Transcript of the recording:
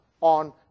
on